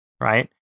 right